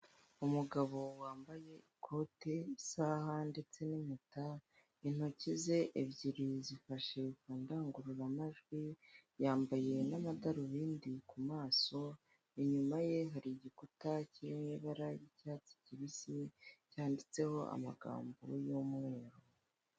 Umugabo wambaye ikoti isaha ndetse n'impeta, intoki ze ebyiri zifashe kundagurura majwi, yambaye n'amadarunindi ku maso inyuma ye hari igikuta kiri mu ibara ry'icyatsi kibisi cyanditseho amagambo y'umweru.